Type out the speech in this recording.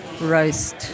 roast